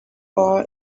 bar